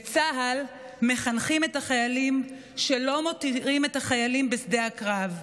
בצה"ל מחנכים את החיילים שלא מותירים את החיילים בשדה הקרב.